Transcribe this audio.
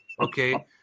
Okay